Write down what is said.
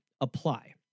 apply